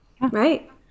Right